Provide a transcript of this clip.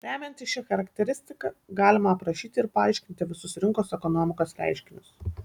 remiantis šia charakteristika galima aprašyti ir paaiškinti visus rinkos ekonomikos reiškinius